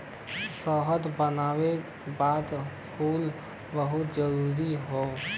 सेहत बनाए बदे फल बहुते जरूरी हौ